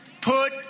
put